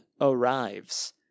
arrives